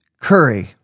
Curry